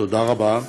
תודה רבה.